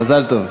מזל טוב.